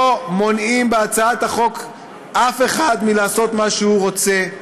לא מונעים בהצעת החוק מאף אחד לעשות מה שהוא רוצה.